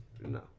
No